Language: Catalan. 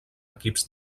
equips